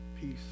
peace